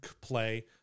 play